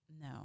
No